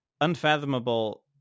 unfathomable